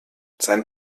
sein